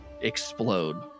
explode